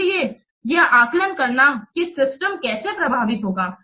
इसलिए यह आकलन करना कि सिस्टम कैसे प्रभावित होगा